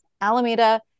Alameda